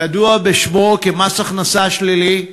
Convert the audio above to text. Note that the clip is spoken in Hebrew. הידוע בשם מס הכנסה שלילי,